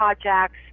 Projects